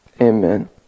amen